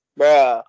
bro